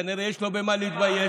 כנראה יש לו במה להתבייש.